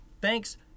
Thanks